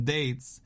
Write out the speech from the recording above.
Dates